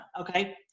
Okay